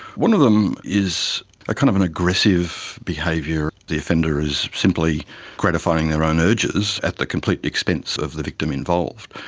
one of them is a kind of and aggressive behaviour, the offender is simply gratifying their own urges at the complete expense of the victim involved.